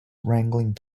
wrangling